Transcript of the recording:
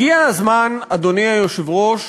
הגיע הזמן, אדוני היושב-ראש,